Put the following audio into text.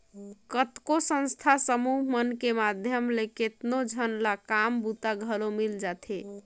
कतको संस्था समूह मन के माध्यम ले केतनो झन ल काम बूता घलो मिल जाथे